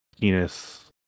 penis